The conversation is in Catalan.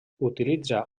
utilitza